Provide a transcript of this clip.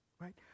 right